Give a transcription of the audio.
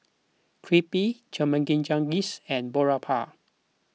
Crepe Chimichangas and Boribap